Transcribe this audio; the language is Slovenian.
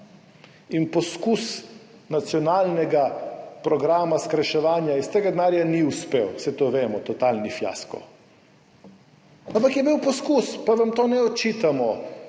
in poskus nacionalnega programa skrajševanja iz tega denarja ni uspel, saj to vemo, totalni fiasko. Ampak je bil poskus, pa vam tega ne očitamo